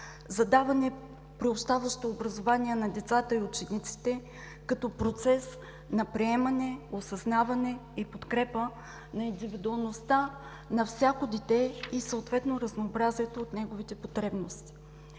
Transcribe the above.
за даване приобщаващо образование на децата и учениците, като процес на приемане, осъзнаване и подкрепа на индивидуалността на всяко дете и съответно, разнообразието от неговите потребности.